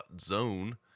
Zone